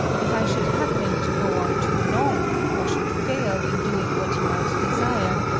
if i should happen to go on too long, or should fail in doing what you might desire,